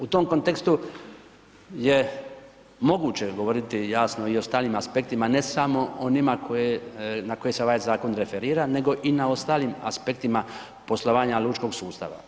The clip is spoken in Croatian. U tom kontekstu je moguće govoriti jasno i o …/nerazumljivo/… aspektima, ne samo onima koje, na koje se ovaj zakon referira nego i na ostalim aspektima poslovanja lučkog sustava.